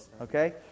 Okay